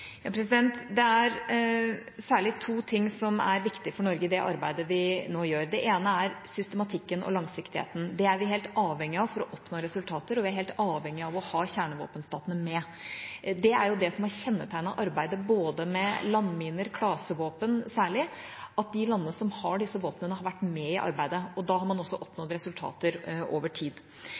Det er særlig to ting som er viktige for Norge i det arbeidet vi nå gjør. Det ene er systematikken og langsiktigheten. Det er vi helt avhengig av for å oppnå resultater, og vi er avhengig av å ha kjernevåpenstatene med. Det er jo det som har kjennetegnet arbeidet med både landminer og klasevåpen særlig, at de landene som har disse våpnene, har vært med i arbeidet. Da har man også oppnådd resultater over tid.